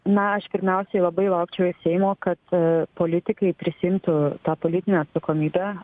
na aš pirmiausiai labai laukčiau iš seimo kad politikai prisiimtų tą politinę atsakomybę